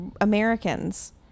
Americans